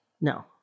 No